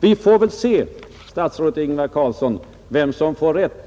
Vi får väl se, statsrådet Ingvar Carlsson, vem som får rätt!